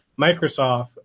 Microsoft